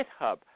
GitHub